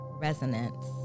resonance